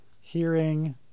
hearing